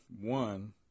One